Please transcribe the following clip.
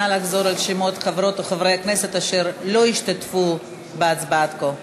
נא לחזור על שמות חברות או חברי הכנסת אשר לא השתתפו בהצבעה עד כה.